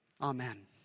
Amen